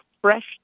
fresh